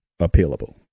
appealable